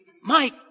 Mike